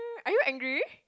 are you angry